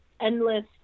endless